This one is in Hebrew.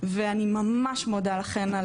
ואני ממש מודה לכם,